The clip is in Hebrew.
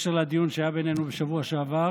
בקשר לדיון שהיה בינינו בשבוע שעבר,